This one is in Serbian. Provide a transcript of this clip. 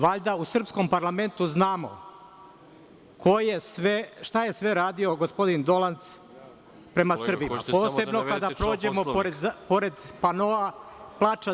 Valjda u srpskom parlamentu znamo šta je sve radio gospodin Dolanc prema Srbima, posebno kada prođemo pored panoa plača zida…